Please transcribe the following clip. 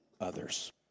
others